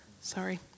sorry